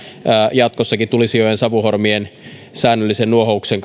jatkossakin tulisijojen ja savuhormien säännöllisen nuohouksen